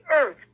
earth